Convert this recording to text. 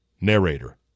Narrator